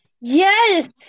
Yes